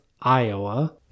Iowa